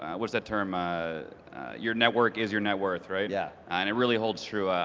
what's that term, ah your network is your net worth, right? yeah and it really holds through.